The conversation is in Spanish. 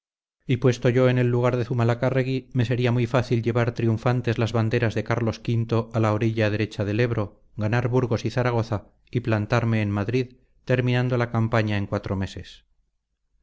y puesto yo en el lugar de zumalacárregui me sería muy fácil llevar triunfantes las banderas de carlos v a la orilla derecha del ebro ganar burgos y zaragoza y plantarme en madrid terminando la campaña en cuatro meses